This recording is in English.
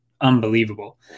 unbelievable